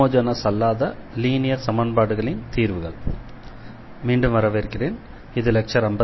மீண்டும் வரவேற்கிறேன் இது லெக்சர் 58